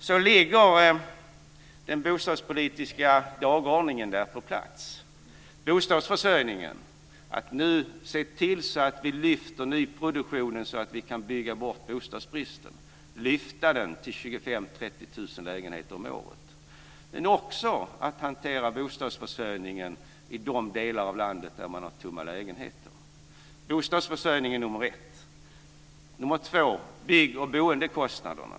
Så ligger den bostadspolitiska dagordningen på plats. När det gäller bostadsförsörjningen ska vi se till att vi lyfter nyproduktionen så att vi kan bygga bort bostadsbristen och lyfta den till 25 000-30 000 lägenheter om året. Vi ska också hantera bostadsförsörjningen i de delar av landet där man har tomma lägenheter. Bostadsförsörjningen är nummer 1. Nummer 2 är bygg och boendekostnaderna.